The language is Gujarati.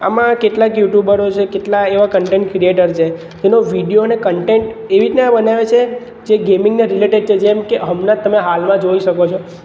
આમાં કેટલાક યુટ્યુબરો છે કેટલા એવા કન્ટેન્ટ ક્રીએટર છે જેનો વિડીયો અને કન્ટેન્ટ એવી રીતના બનાવે છે જે ગેમિંગના રિલેટેડ છે જેમકે હમણાં તમે હાલમાં જોઈ શકો છો